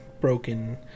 broken